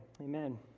Amen